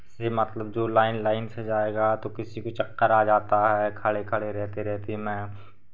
भी मतलब जो लाइन लाइन से जाएगा तो किसी को चक्कर आ जाता है खड़े खड़े रहते रहते में